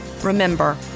Remember